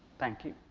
thank you.